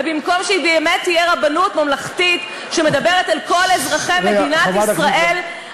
ובמקום שהיא תהיה באמת רבנות ממלכתית שמדברת אל כל אזרחי מדינת ישראל,